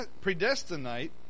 predestinate